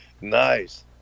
nice